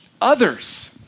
others